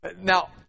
now